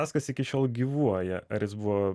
askas iki šiol gyvuoja ar jis buvo